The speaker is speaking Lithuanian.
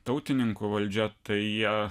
tautininkų valdžia tai jie